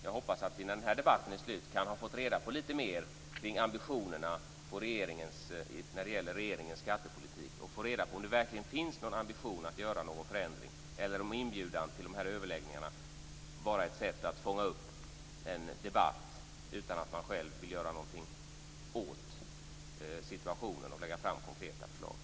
Jag hoppas att vi när debatten är slut har fått reda på lite mer kring ambitionerna när det gäller regeringens skattepolitik och fått reda på om det verkligen finns en ambition att göra någon förändring, eller om inbjudan till överläggningarna bara är ett sätt att fånga upp en debatt utan att man själv vill göra någonting åt situationen och lägga fram konkreta förslag.